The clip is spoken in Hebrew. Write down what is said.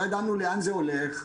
לא ידענו לאן זה הולך,